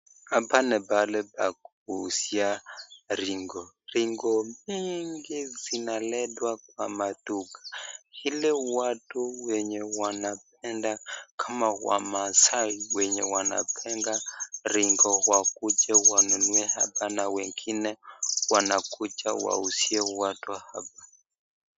Hapa ni pahali pa kuuzia ringo, ringo nyingi zinaletwa kwa maduka ili watu wenye wanapenda kama wamaasai wanapenda ringo wakuje wanunue hapa na wengine wanakuja wanauzia watu wa hapa.